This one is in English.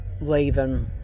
leaving